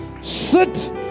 sit